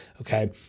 okay